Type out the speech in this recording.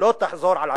לא תחזור על עצמה".